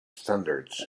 standards